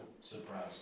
surprise